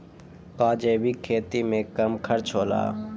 का जैविक खेती में कम खर्च होला?